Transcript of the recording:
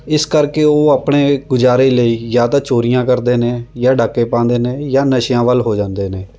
ਇਸ ਕਰਕੇ ਉਹ ਆਪਣੇ ਗੁਜ਼ਾਰੇ ਲਈ ਜਾਂ ਤਾਂ ਚੋਰੀਆਂ ਕਰਦੇ ਨੇ ਜਾਂ ਡਾਕੇ ਪਾਉਂਦੇ ਨੇ ਜਾਂ ਨਸ਼ਿਆਂ ਵੱਲ ਹੋ ਜਾਂਦੇ ਨੇ